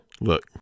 Look